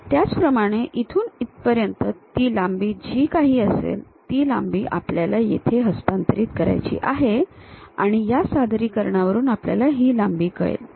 त्याचप्रमाणे इथून इथपर्यंत ती लांबी जी काही असेल ती लांबी आपल्याला येथे हस्तांतरित करायची आहे आणि या सादरीकरणावरून आपल्याला ही लांबी कळेल